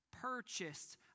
purchased